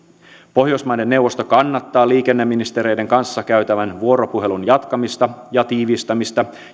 pohjoismaiden neuvosto kannattaa liikenneministereiden kanssa käytävän vuoropuhelun jatkamista ja tiivistämistä